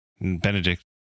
Benedict